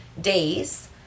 days